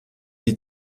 die